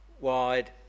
wide